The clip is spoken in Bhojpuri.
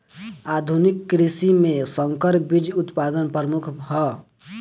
आधुनिक कृषि में संकर बीज उत्पादन प्रमुख ह